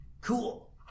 Cool